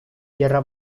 tierra